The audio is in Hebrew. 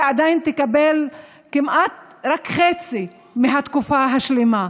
היא עדיין תקבל כמעט חצי מהתקופה השלמה.